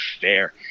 fair